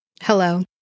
Hello